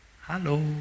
Hello